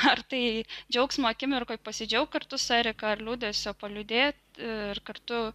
ar tai džiaugsmo akimirkoje pasidžiaugt kartu su erika ar liūdesio paliūdėt ir kartu